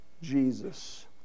Jesus